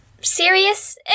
serious